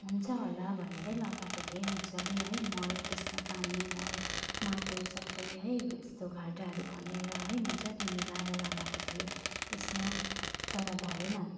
हुन्छ होला भनेरै लगाएको थिएँ मजाले है मल त्यसमा पानी मल माटो सबै है यस्तो खाल्टाहरू खनेर है मजाले मिलाएर लगाएको थिएँ त्यसमा तर भएन